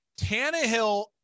Tannehill